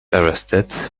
arrested